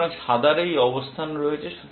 সুতরাং সাদার এই অবস্থান রয়েছে